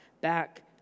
back